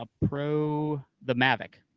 ah pro. the mavic.